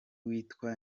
witwa